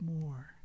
more